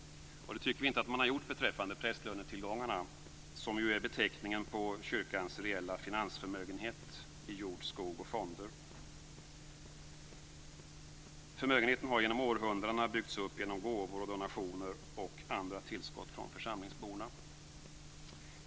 Det tycker vi inte att man har gjort beträffande prästlönetillgångarna, som ju är beteckningen på kyrkans reella finansförmögenhet i jord, skog och fonder. Förmögenheten har genom århundradena byggts upp genom gåvor och donationer och andra tillskott från församlingsborna.